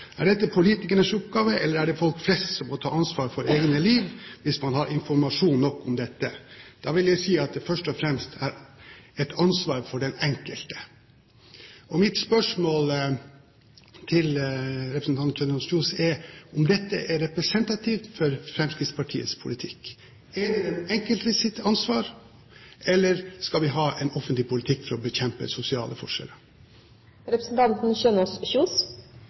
Er dette politikernes oppgave, eller er det folk flest som må ta ansvar for egne liv, hvis man har informasjon nok om dette? Da vil jeg si at det først og fremst er ansvaret til den enkelte.» Mitt spørsmål til representanten Kjønaas Kjos er om dette er representativt for Fremskrittspartiets politikk. Er det den enkeltes ansvar, eller skal vi ha en offentlig politikk for å bekjempe sosiale forskjeller?